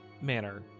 manner